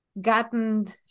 gotten